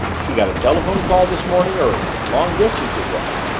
she got a telephone call this morning, early long distance it was.